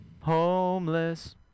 homeless